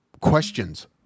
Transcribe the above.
questions